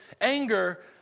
anger